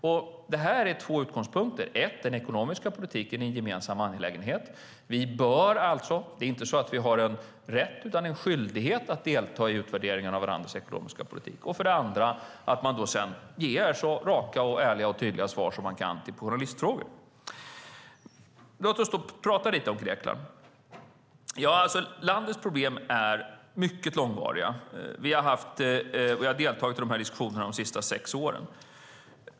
Och det här är två utgångspunkter. För det första är den ekonomiska politiken en gemensam angelägenhet. Det är inte så att vi har en rätt utan en skyldighet att delta i utvärderingar av varandras ekonomiska politik. För det andra handlar det om att man ger så raka, ärliga och tydliga svar som man kan på journalistfrågor. Låt oss då prata lite om Grekland. Landets problem är mycket långvariga. Vi har deltagit i de här diskussionerna under de senaste sex åren.